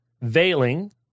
veiling